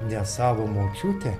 nes savo močiutę